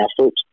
effort